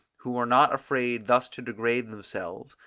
who were not afraid thus to degrade themselves,